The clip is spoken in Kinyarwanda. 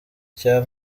cya